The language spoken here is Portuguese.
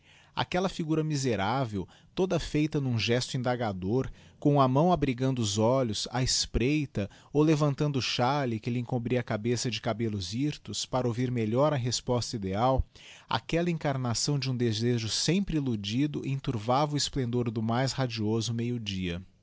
aquella figura miserável toda feita n'um gesto indagador com a mão abrigando os olhos á espreita ou levantando o chalé que lhe encobria a cabeça de cabellos hirtos para ouvir melhor a resposta ideal aquella encarnação de um desejo sempre illudido enturvava o esplendor do mais radioso meio-dia